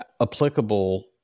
applicable